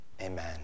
Amen